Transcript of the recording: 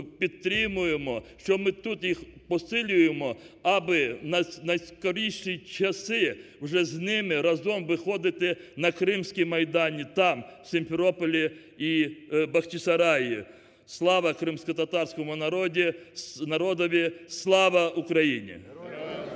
підтримуємо, що ми тут їх посилюємо, аби в найскоріші части вже з ними разом виходити на кримський майдан там, у Сімферополі і Бахчисараї. Слава кримськотатарському народові! Слава Україні!